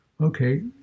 okay